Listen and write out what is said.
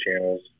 channels